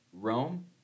Rome